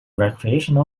recreational